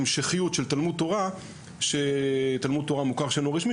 המשכיות של תלמוד תורה מוכר שאינו רשמי,